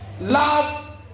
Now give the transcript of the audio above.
Love